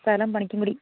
സ്ഥലം പണിക്കങ്കുടി